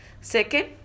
Second